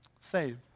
Save